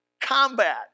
combat